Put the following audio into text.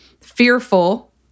fearful